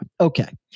Okay